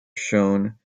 shown